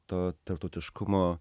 to tarptautiškumo